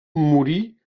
morí